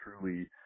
truly